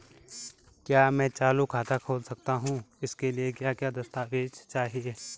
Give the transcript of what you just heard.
क्या मैं चालू खाता खोल सकता हूँ इसके लिए क्या क्या दस्तावेज़ चाहिए?